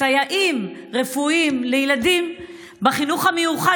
וסייעים רפואיים לילדים בחינוך המיוחד